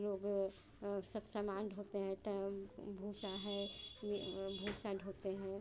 लोग और सब समान ढोते हैं भूंसा है यह भूंसा ढोते हैं